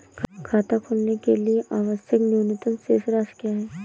खाता खोलने के लिए आवश्यक न्यूनतम शेष राशि क्या है?